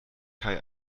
kai